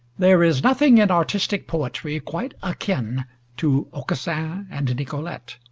there is nothing in artistic poetry quite akin to aucassin and nicolete.